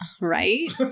Right